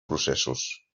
processos